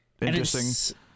interesting